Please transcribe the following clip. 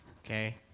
okay